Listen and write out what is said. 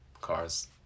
Cars